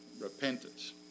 repentance